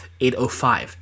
805